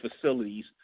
facilities